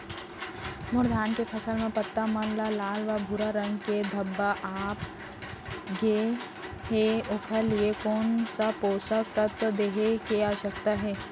मोर धान के फसल म पत्ता मन म लाल व भूरा रंग के धब्बा आप गए हे ओखर लिए कोन स पोसक तत्व देहे के आवश्यकता हे?